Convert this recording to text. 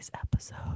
episode